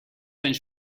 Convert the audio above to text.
zijn